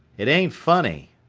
it ain't funny,